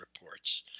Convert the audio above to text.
reports